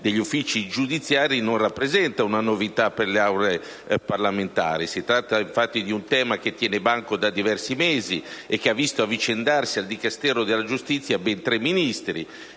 degli uffici giudiziari non rappresenta una novità per le Aule parlamentari. Si tratta infatti di un tema che tiene banco da diversi mesi, e che ha visto avvicendarsi al Dicastero della giustizia ben tre Ministri.